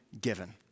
given